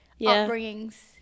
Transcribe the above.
upbringings